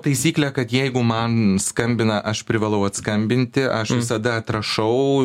taisyklę kad jeigu man skambina aš privalau skambinti aš visada atrašau